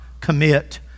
commit